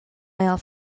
male